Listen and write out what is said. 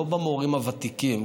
לא במורים הוותיקים,